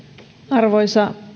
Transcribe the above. arvoisa